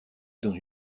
dans